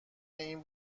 این